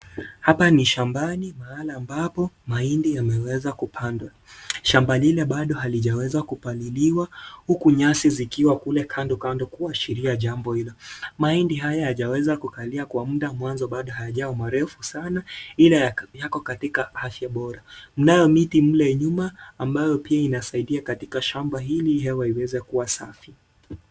Hapa ni shambani mahala ambapo mahindi yameweza kupandwa, shamba lile bado halijaweza kupaliliwa huku nyasi zikiwa kule kandokando kuashiria jambo hilo, mahindi haya hajaweza kukalia Kwa mudanbado hajawa marefu sana ili yako katika afya bora, nayo mtinmle nyuma ambayo pia inasaidia katika shamba ili ili waweze kuwa safi.